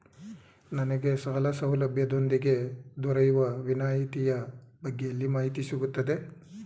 ನನಗೆ ಸಾಲ ಸೌಲಭ್ಯದೊಂದಿಗೆ ದೊರೆಯುವ ವಿನಾಯತಿಯ ಬಗ್ಗೆ ಎಲ್ಲಿ ಮಾಹಿತಿ ಸಿಗುತ್ತದೆ?